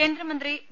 കേന്ദ്രമന്ത്രി വി